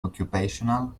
occupational